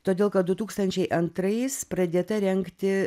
todėl kad du tūkstančiai antrais pradėta rengti